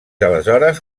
aleshores